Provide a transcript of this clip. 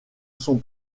son